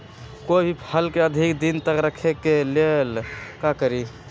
कोई भी फल के अधिक दिन तक रखे के लेल का करी?